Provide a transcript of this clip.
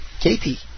Katie